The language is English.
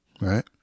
right